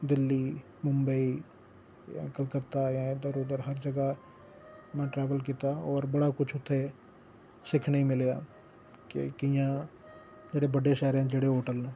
दिल्ली मुम्बई कलकत्ता जां इद्धर उद्धर हर जगह् मैं ट्रैवल कीता होर बड़ा कुछ उत्थै सिक्खने गी मिलेआ कि कि'यां जेह्ड़े बड्डे शैहरें जेह्ड़े होटल न